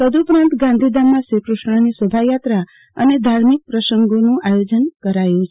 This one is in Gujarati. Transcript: તદ્દ ઉપરાંત ગાંધીધામમાં શ્રીકૃષ્ણની શોભાયાત્રા તથા ધાર્મિક પ્રસંગોનાં આયોજન કરાયું છે